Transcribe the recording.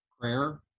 Prayer